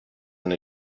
and